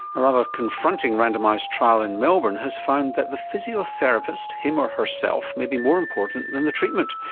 a rather confronting randomised trial in melbourne has found that the physiotherapist him or herself may be more important than the treatment.